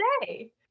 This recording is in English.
today